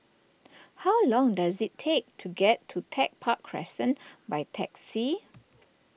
how long does it take to get to Tech Park Crescent by taxi